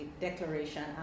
declaration